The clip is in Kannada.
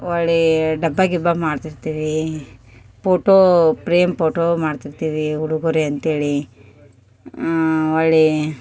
ಹೊಳ್ಳೀ ಡಬ್ಬ ಗಿಬ್ಬ ಮಾಡ್ತಿರ್ತೀವಿ ಪೋಟೋ ಪ್ರೇಮ್ ಪೋಟೊ ಮಾಡ್ತಿರ್ತೀವಿ ಉಡುಗೊರೆ ಅಂತೇಳಿ ಹೊಳ್ಳೀ